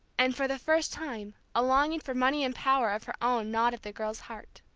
and for the first time a longing for money and power of her own gnawed at the girl's heart.